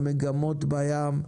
על המגמות בים,